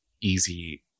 easy